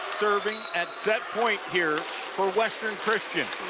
serving at set point here for western christian.